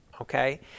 Okay